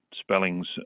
spellings